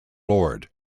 lord